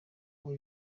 aho